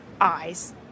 eyes